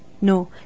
No